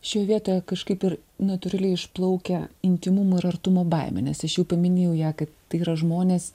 šioj vietoje kažkaip ir natūraliai išplaukia intymumo ir artumo baimė nes aš jau paminėjau ją kad tai yra žmonės